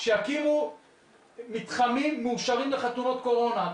שיקימו מתחמים מאושרים לחתונות קורונה,